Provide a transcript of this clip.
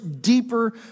deeper